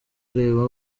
areba